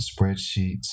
spreadsheets